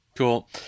Cool